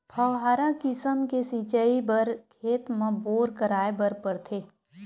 फव्हारा किसम के सिचई बर खेत म बोर कराए बर परथे